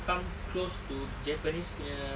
come close to japanese punya